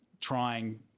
trying